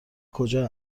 کجا